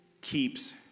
keeps